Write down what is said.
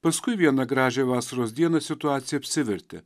paskui vieną gražią vasaros dieną situacija apsivertė